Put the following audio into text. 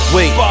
Wait